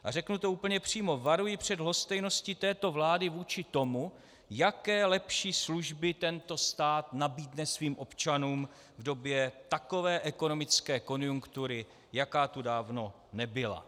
A řeknu to úplně přímo, varuji před lhostejností této vlády vůči tomu, jaké lepší služby tento stát nabídne svým občanům v době takové ekonomické konjunktury, jaká tu dávno nebyla.